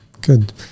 Good